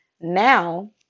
now